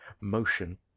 motion